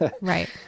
right